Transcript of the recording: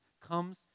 comes